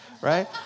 right